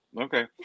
Okay